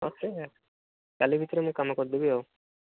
ଅଛି କାଲି ଭିତରେ ମୁଁ କାମ କରିଦେବି ଆଉ